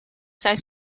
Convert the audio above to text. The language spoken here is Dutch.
zijn